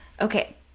Okay